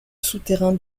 souterrain